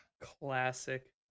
Classic